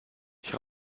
ich